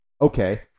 okay